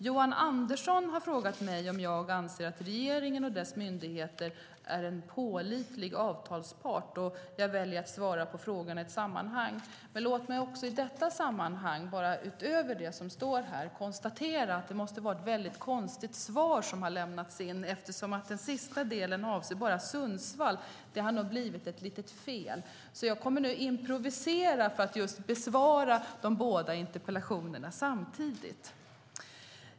Johan Andersson har frågat mig om jag anser att regeringen och dess myndigheter är en pålitlig avtalspart. Jag väljer att svara på frågorna i ett sammanhang. Låt i detta sammanhang utöver det som står i det skriftliga förberedda svaret konstatera att det måste ha lämnats in ett väldigt konstigt svar till riksdagen eftersom den sista delen avser bara Sundsvall. Det har nog blivit ett litet fel. Jag kommer nu att improvisera för att besvara de båda interpellationerna samtidigt.